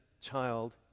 child